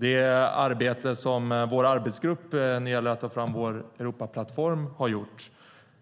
Det arbete som vår arbetsgrupp har gjort när det gäller att ta fram vår Europaplattform